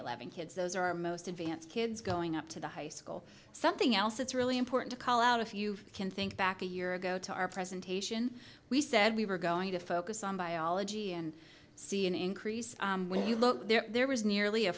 eleven kids those are our most advanced kids going up to the high school something else that's really important to call out if you can think back a year ago to our presentation we said we were going to focus on biology and see an increase when you look there was nearly a